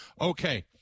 okay –